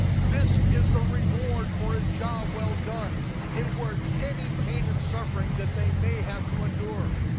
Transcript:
this is the reward for a job well done, and worth any pain and suffering that they may have to endure.